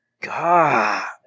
God